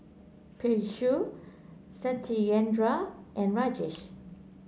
Peyush Satyendra and Rajesh